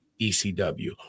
ECW